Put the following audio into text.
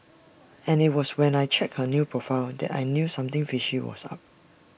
and IT was when I checked her new profile that I knew something fishy was up